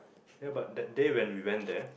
ya but that day when we went there